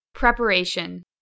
Preparation